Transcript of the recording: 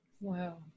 Wow